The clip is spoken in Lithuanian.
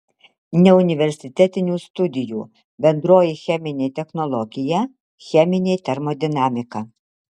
neuniversitetinių studijų bendroji cheminė technologija cheminė termodinamika